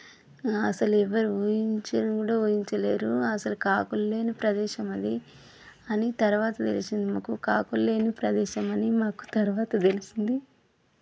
అసలెవ్వరు ఊహించను కూడా ఊహించలేరు అసలు కాకులులేని ప్రదేశమది అని తర్వాత తెలిసింది మాకు కాకులులేని ప్రదేశమని మాకు తర్వాత తెలిసింది